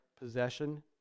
possession